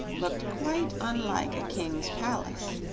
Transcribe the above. looked quite unlike a king's palace.